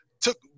took